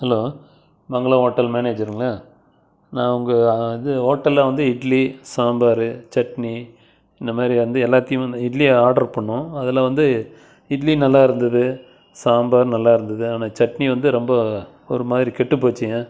hello Mangalam hotel மேனேஜருங்களா நான் உங்கள் இது ஹோட்டலில் வந்து இட்லி சாம்பார் சட்னி இந்தமாதிரி வந்து எல்லாத்தையும் வந்து இட்லியை ஆர்டர் பண்ணிணோம் அதில் வந்து இட்லி நல்லாருந்தது சாம்பார் நல்லாருந்தது ஆனால் சட்னி வந்து ரொம்ப ஒரு மாதிரி கெட்டுப் போச்சுங்க